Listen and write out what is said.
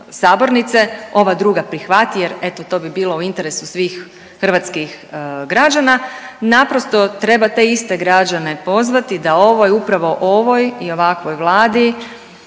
sabornice ova druga prihvati, jer eto to bi bilo u interesu svih hrvatskih građana. Naprosto treba te iste građane pozvati da o ovoj, upravo ovoj i ovakvoj Vladi